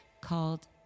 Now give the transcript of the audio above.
called